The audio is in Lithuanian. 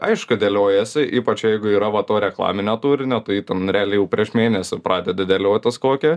aišku dėliojiesi ypač jeigu yra vat to reklaminio turinio tai ten realiai jau prieš mėnesį pradedi dėliotis kokią